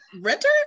renter